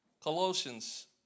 Colossians